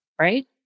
right